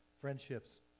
friendships